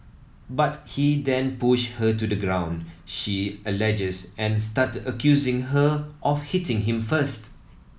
but he then pushed her to the ground she alleges and started accusing her of hitting him first